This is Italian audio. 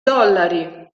dollari